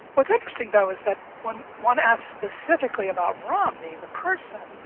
what's interesting, though, is that when one asks specifically about romney the person,